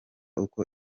uko